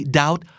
doubt